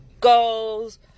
goals